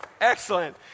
Excellent